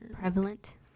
prevalent